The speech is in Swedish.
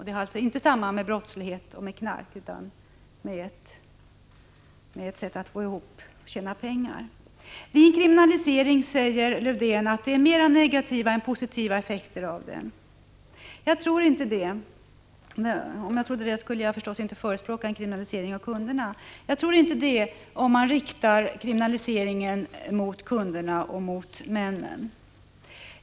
Den hör alltså inte samman med brottslighet och narkotika utan med att tjäna pengar. Lars-Erik Lövdén säger att det blir fler negativa än positiva effekter av en kriminalisering. Jag tror inte det. Trodde jag det skulle jag naturligtvis inte förespråka en kriminalisering av kunderna. Det blir inte följden om man riktar kriminaliseringen mot kunderna och männen.